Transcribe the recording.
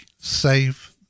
save